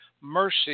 mercy